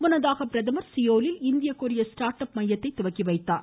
முன்னதாக பிரதமர் சியோலில் இந்திய கொரிய ஸ்டாட் அப் மையத்தை துவக்கிவைத்தார்